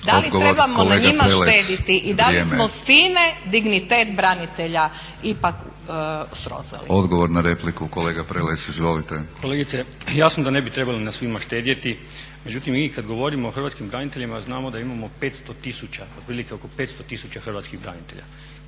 Da li trebamo na njima štedjeti i da li smo sa time dignitet branitelja ipak srozali? **Batinić, Milorad (HNS)** Odgovor na repliku kolega Prelec, izvolite. **Prelec, Alen (SDP)** Kolegice, jasno da ne bi trebali na svima štedjeti međutim mi kada govorimo o hrvatskim braniteljima znamo da imamo 500 tisuća, otprilike oko 500 tisuća hrvatskih branitelja.